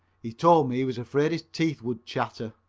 he told me he was afraid his teeth would chatter.